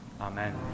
Amen